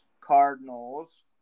Cardinals